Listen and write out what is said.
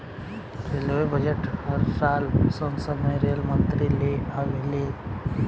railway budget हर साल संसद में रेल मंत्री ले आवेले ले